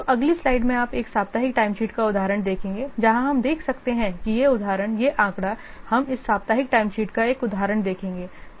तो अगली स्लाइड में आप एक साप्ताहिक टाइमशीट का उदाहरण देखेंगे जहाँ हम देख सकते हैं कि यह उदाहरण यह आंकड़ा हम इस साप्ताहिक टाइमशीट का एक उदाहरण देखेंगे